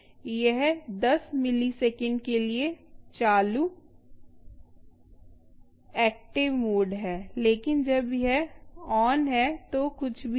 यह 10 मिलीसेकंड के लिए चालू एक्टिव मोड है लेकिन जब यह ऑन है तो कुछ भी नहीं कर रहा है